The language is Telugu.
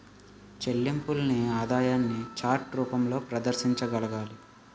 చెల్లింపుల్ని ఆదాయాన్ని చార్ట్ రూపంలో ప్రదర్శించగలగాలి